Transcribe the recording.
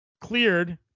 cleared